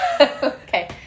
Okay